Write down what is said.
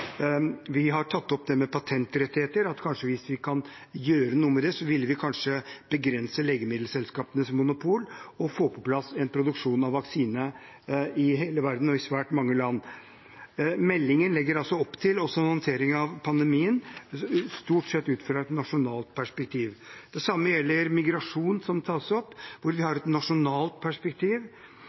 Vi har tatt opp det med patentrettigheter. Hvis vi kan gjøre noe med det, vil vi kanskje begrense legemiddelselskapenes monopol og få på plass en produksjon av vaksine i hele verden eller i svært mange land. Meldingen legger altså opp til håndtering av pandemien stort sett ut fra et nasjonalt perspektiv. Det samme gjelder migrasjon, som tas opp, der den har et nasjonalt perspektiv.